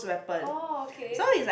orh okay